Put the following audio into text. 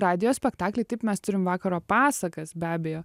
radijo spektakliai taip mes turim vakaro pasakas be abejo